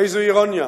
איזו אירוניה,